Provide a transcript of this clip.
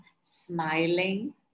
smiling